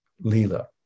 Lila